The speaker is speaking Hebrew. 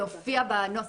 זה הופיע בנוסח לדיון.